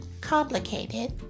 complicated